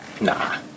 Nah